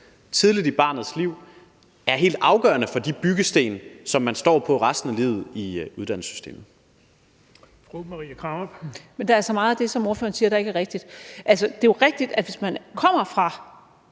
tidligt i barnets liv, er helt afgørende for de byggesten, som man står på resten af livet i uddannelsessystemet.